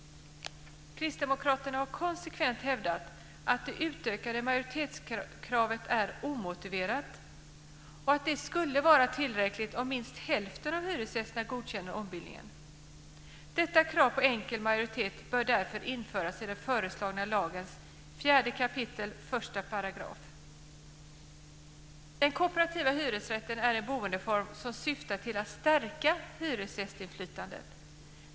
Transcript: Kristdemokraterna har konsekvent hävdat att det utökade majoritetskravet är omotiverat och att det skulle vara tillräckligt om minst hälften av hyresgästerna godkänner ombildningen. Detta krav på enkel majoritet bör därför införas i den föreslagna lagens 4 Den kooperativa hyresrätten är en boendeform som syftar till att stärka hyresgästinflytandet.